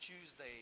Tuesday